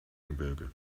gebirge